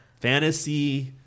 Fantasy